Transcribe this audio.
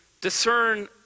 discern